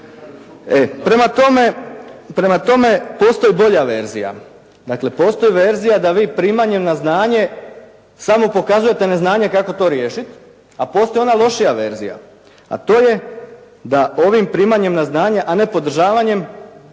prema tome postoji bolja verzija. Dakle postoji verzija da vi primanjem na znanje samo pokazujete neznanje kako to riješiti, a postoji ona lošija verzija, a to je da ovim primanjem na znanje a ne podržavanjem